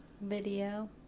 video